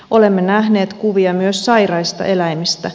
olemme nähneet kuvia myös sairaista eläimistä